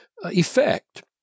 effect